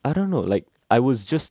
I don't know like I was just